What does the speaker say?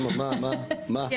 אני